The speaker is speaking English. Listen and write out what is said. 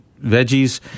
veggies